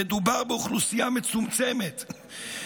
מדובר באוכלוסייה מצומצמת,